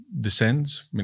descends